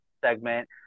segment